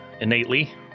innately